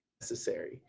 necessary